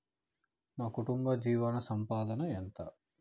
మా కుటుంబ జీవన సంపాదన ఎంత?